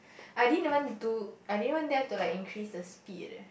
I didn't even do I didn't even dare to like increase the speed leh